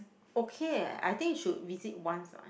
okay leh I think you should visit once lah